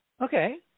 Okay